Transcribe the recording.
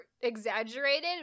exaggerated